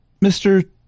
Mr